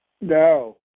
No